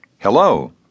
Hello